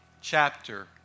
chapter